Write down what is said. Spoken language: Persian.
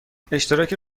اشتراک